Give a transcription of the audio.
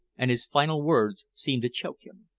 and his final words seemed to choke him.